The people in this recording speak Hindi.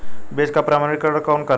बीज का प्रमाणीकरण कौन करता है?